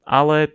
ale